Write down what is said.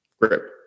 grip